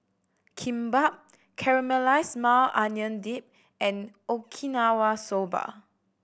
Kimbap Caramelized Maui Onion Dip and Okinawa Soba